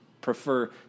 prefer